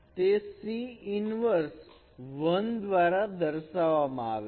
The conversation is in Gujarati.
તે c ઈન્વર્સ 1 દ્વારા દર્શવવામાં આવે છે